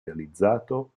realizzato